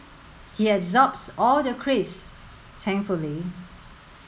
he absorbs all the craze thankfully